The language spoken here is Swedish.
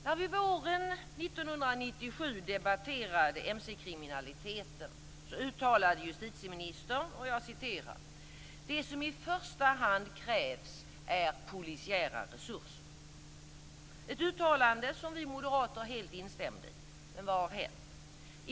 När vi våren 1997 debatterade mc-kriminaliteten uttalade justitieministern: "Det som i första hand krävs är polisiära resurser" - ett uttalande som vi moderater helt instämde i. Men vad har hänt?